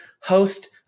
host